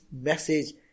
message